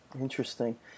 Interesting